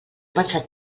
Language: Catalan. pensat